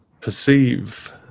perceive